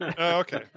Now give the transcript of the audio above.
Okay